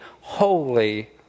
holy